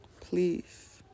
Please